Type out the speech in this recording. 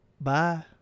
Bye